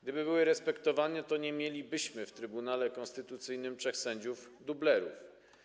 Gdyby były respektowane, to nie mielibyśmy w Trybunale Konstytucyjnym trzech sędziów dublerów.